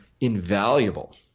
invaluable